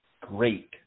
Great